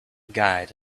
guide